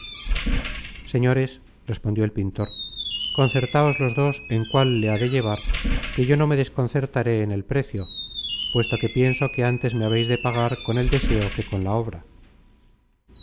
señores respondió el pintor concertáos los dos en cual le ha de llevar que yo no me desconcertaré en el precio puesto que pienso que antes me habeis de pagar con el deseo que con la obra